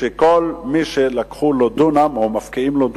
שכל מי שלקחו לו דונם או מפקיעים לו דונם,